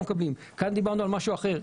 כאן דיברנו על משהו אחר.